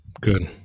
Good